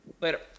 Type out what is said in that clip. later